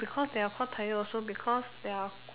because they are quite tired also because they are quite